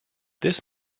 this